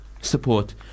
support